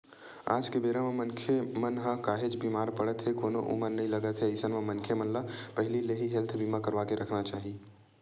आज के बेरा म मनखे मन ह काहेच बीमार पड़त हे कोनो उमर नइ लगत हे अइसन म मनखे मन ल पहिली ले ही हेल्थ बीमा करवाके रखना चाही